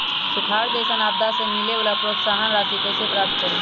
सुखार जैसन आपदा से मिले वाला प्रोत्साहन राशि कईसे प्राप्त करी?